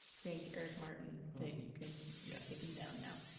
thank eric martin that you can yeah take them down now.